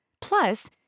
Plus